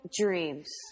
dreams